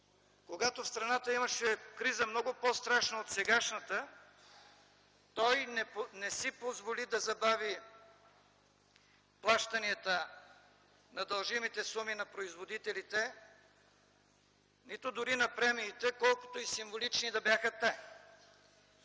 когато в страната имаше криза, много по-страшна от сегашната, той не си позволи да забави плащанията на дължимите суми на производителите, нито дори на премиите, колкото и символични да бяха те.